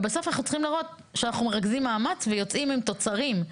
ובסוף אנחנו צריכים לראות שאנחנו מרכזים מאמץ ויוצאים עם תוצרים.